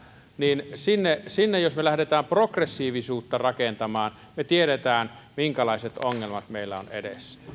niin jos me sinne lähdemme progressiivisuutta rakentamaan me tiedämme minkälaiset ongelmat meillä on edessä